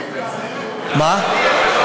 מה זה כולל?